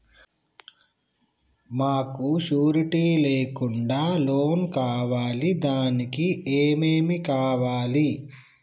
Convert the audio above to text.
మాకు షూరిటీ లేకుండా లోన్ కావాలి దానికి ఏమేమి కావాలి?